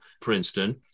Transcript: Princeton